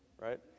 Right